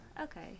okay